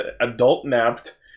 adult-napped